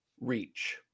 reach